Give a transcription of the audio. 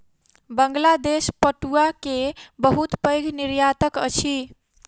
बांग्लादेश पटुआ के बहुत पैघ निर्यातक अछि